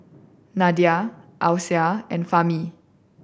Nadia Alyssa and Fahmi